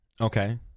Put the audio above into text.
Okay